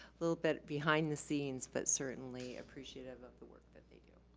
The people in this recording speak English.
little bit behind the scenes but certainly appreciative of the work that they do.